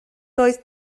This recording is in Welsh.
doedd